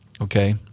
okay